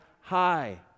high